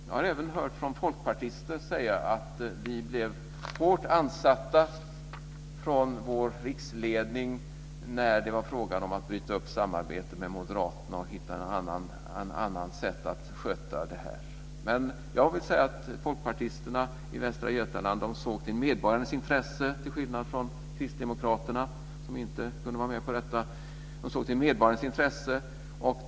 Jag har även hört folkpartister säga att de blev hårt ansatta från sin riksledning när det var fråga om att bryta upp samarbetet med moderaterna och hitta ett annat sätt att sköta det här. Men jag vill säga att folkpartisterna i Västra Götaland såg till medborgarnas intresse till skillnad från kristdemokraterna som inte kunde vara med.